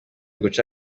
guca